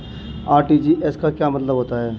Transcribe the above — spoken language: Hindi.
आर.टी.जी.एस का क्या मतलब होता है?